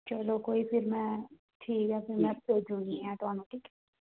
चलो कोई नीं फिर में भेजी ओड़नियां ठीक ऐ फिर में भेजी ओड़नियां में थुहानू